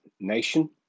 nation